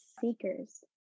seekers